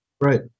Right